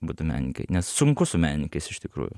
būtų menkai nes sunku su menininkais iš tikrųjų